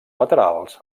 laterals